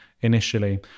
initially